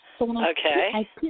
Okay